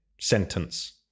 sentence